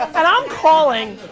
and i'm calling,